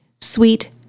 Sweet